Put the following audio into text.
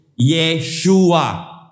Yeshua